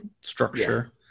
structure